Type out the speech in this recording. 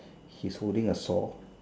he's holding a saw